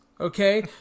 Okay